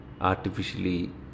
artificially